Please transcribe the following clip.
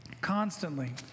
constantly